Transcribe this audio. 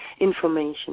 information